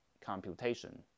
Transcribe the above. computation